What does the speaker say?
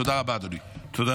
תודה רבה, אדוני.